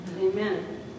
Amen